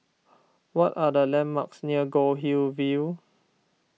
what are the landmarks near Goldhill View